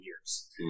years